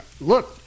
look